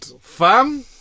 fam